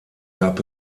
gab